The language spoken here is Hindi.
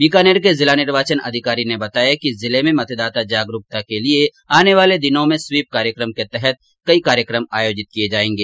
बीकानेर के जिला निर्वाचन अधिकारी ने बताया कि जिले में मतदाता जागरूकता के लिए आने वाले दिनों में स्वीप कार्यक्रम के तहत कई कार्यक्रम आयोजित किए जाएंगे